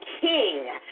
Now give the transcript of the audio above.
king